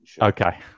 okay